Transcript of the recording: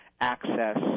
access